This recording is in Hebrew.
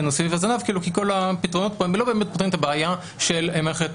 סביב הזנב כי כל הפתרונות פה לא באמת פותרים את הבעיה של מלאכת